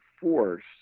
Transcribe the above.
force